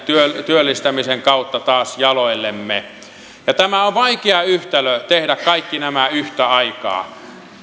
työllistämisen kautta taas jaloillemme on vaikea yhtälö tehdä kaikki nämä yhtä aikaa